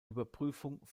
überprüfung